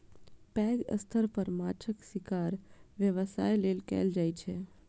पैघ स्तर पर माछक शिकार व्यवसाय लेल कैल जाइ छै